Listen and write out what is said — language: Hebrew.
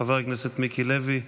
חבר הכנסת מיקי לוי,